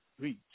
reach